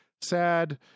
sad